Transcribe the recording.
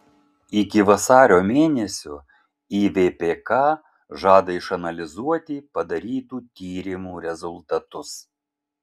iki vasario mėnesio ivpk žada išanalizuoti padarytų tyrimų rezultatus